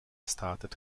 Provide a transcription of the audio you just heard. started